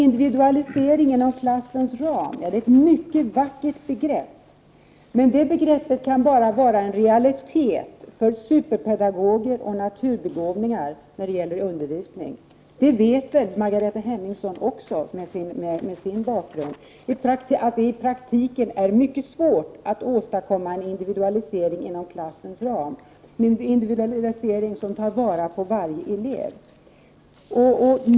Individualiseringen inom klassens ram är ett mycket vackert begrepp, men det begreppet kan bara vara en realitet för superpedagoger och naturbegåvningar när det gäller undervisning. Med sin bakgrund vet väl Margareta Hemmingsson också att det i praktiken är mycket svårt att åstadkomma en individualisering inom klassens ram, en individualisering som tar fasta på varje elev.